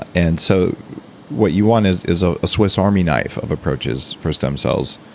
ah and so what you want is is ah swiss army knife of approaches for stem cells.